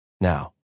Now